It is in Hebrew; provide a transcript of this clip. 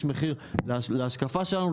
יש מחיר להשקפה שלנו,